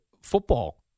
football